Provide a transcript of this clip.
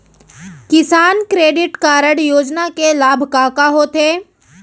किसान credit card योजना के लाभ का का होथे?